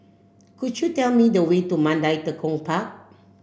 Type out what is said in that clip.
could you tell me the way to Mandai Tekong Park